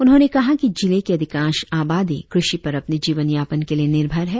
उन्होंनें कहा कि जिले के अधिकांश आबादी कृषि पर अपनी जीवन यापन के लिए निर्भर है